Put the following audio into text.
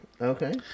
okay